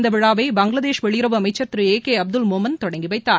இந்த விழாவை பங்களாதேஷ் வெளியுறவு அமைச்சர் திரு ஏ கே அப்துல் மோமன் தொடங்கி வைத்தார்